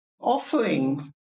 offering